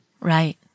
Right